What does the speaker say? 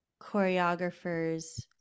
choreographers